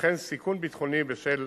וכן סיכון ביטחוני בשל